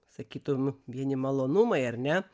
sakytum vieni malonumai ar ne